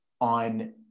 on